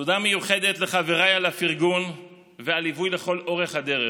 תודה מיוחדת לחבריי על הפרגון והליווי לכל אורך הדרך.